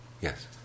Yes